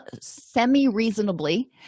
semi-reasonably